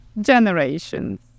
generations